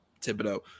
Thibodeau